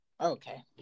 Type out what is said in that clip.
Okay